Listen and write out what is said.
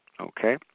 Okay